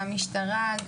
גם משטרה,